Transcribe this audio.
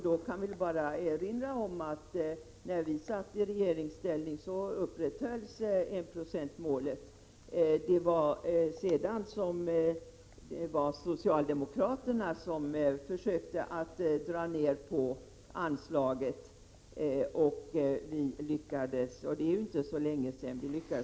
Då kan jag bara erinra om att när vi satt i regeringsställning upprätthölls enprocentsmålet. Det var socialdemokraterna som sedan i regeringsställning försökte dra ner på anslaget, men vi lyckades förhindra det — det är inte så länge sedan.